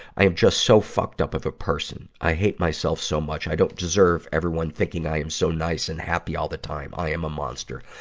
i am just so fucked up of a person. i hate myself so much. i don't deserve everyone thinking i am so nice and happy all the time. i am a monster.